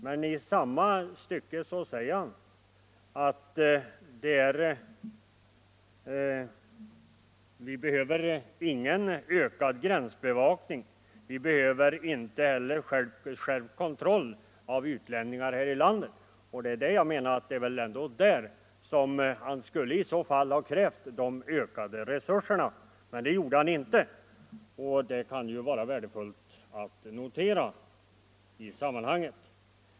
Men i samma stycke säger han: ”Vi behöver inte ökad gränsbevakning eller skärpt kontroll av utlänningar i landet.” Jag menar att det är väl i det sammanhanget han skulle ha krävt de ökade resurserna, om han ansett att sådana behövs, men det gjorde han inte, och det kan ju vara värdefullt att notera.